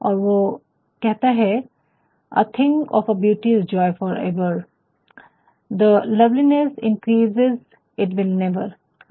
और वह कहता है कि a thing of beauty is the joy forever the loveliness increases it will never the loveliness increases it will never